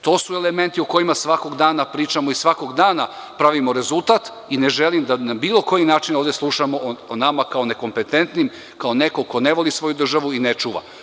To su elementi o kojima svakog dana pričamo i svakog dana pravimo rezultat i ne želim da na bilo koji način ovde slušam o nama kao nekompetentnim, kao o nekom ko ne voli svoju državu i ne čuva.